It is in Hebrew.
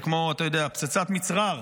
זה כמו, אתה יודע, פצצת מצרר.